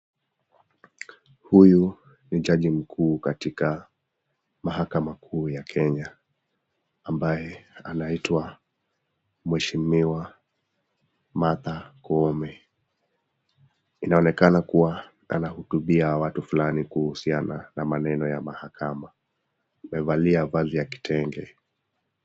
Huyu ni jaji mkuu katika mahakama kuu ya kenya ambaye anaitwa mheshimiwa Martha koome. Inaonekana kuwa anahutubia watu fulani kuhusiana na maneno ya mahakama amevalia vazi ya kitenge.